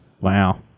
Wow